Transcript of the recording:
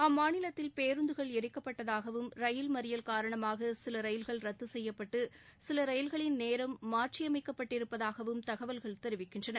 அம்மாநிலத்தில் பேருந்துகள் எரிக்கப்பட்டதாகவும் ரயில் மறியல் காரணமாக சில ரயில்கள் ரத்து செய்யப்பட்டும் சில ரயில்களின் நேரம் மாற்றியமைக்கப்பட்டிருப்பதாகவும் தகவல்கள் தெரிவிக்கின்றன